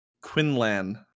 Quinlan